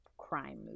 crime